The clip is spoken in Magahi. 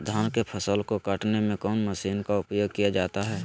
धान के फसल को कटने में कौन माशिन का उपयोग किया जाता है?